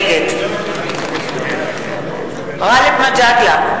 נגד גאלב מג'אדלה,